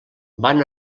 van